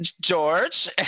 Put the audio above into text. george